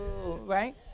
Right